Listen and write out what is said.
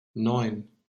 neun